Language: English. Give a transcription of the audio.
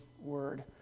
word